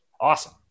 Awesome